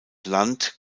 land